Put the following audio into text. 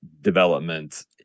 development